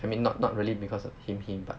I mean not not really because of him him but